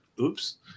oops